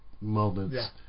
moments